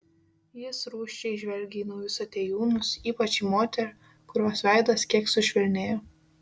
jis rūsčiai žvelgia į naujus atėjūnus ypač į moterį kurios veidas kiek sušvelnėja